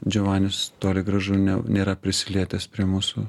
džiovanis toli gražu ne nėra prisilietęs prie mūsų